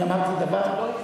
אני אמרתי דבר?